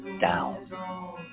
down